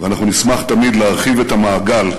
ואנחנו נשמח תמיד להרחיב את המעגל,